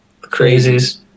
Crazies